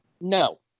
No